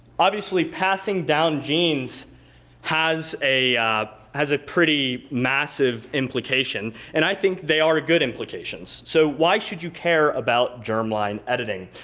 obviously passing down genes has a has a pretty massive implication and i think they are good implications. so, why should you care about germline editing?